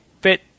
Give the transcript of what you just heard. fit